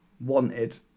wanted